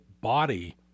body